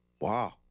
Wow